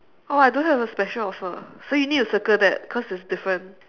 oh I don't have a special offer so you need to circle that cause it's different